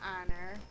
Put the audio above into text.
honor